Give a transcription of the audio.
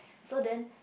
so then